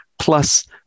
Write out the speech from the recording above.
plus